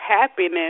happiness